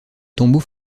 tombeaux